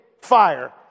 fire